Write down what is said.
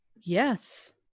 Yes